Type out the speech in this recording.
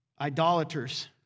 Idolaters